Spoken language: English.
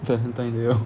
在很大的咯